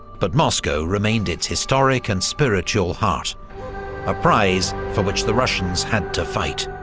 but moscow remained its historic and spiritual heart a prize for which the russians had to fight.